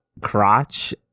crotch